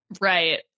Right